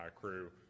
crew